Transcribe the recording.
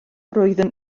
roeddwn